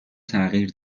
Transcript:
تغییر